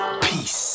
Peace